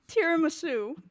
tiramisu